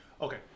Okay